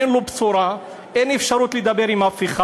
אין לו בשורה, אין אפשרות לדבר עם אף אחד.